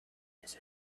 his